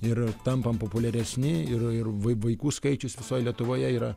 ir tampam populiaresni ir ir vaikų skaičius visoj lietuvoje yra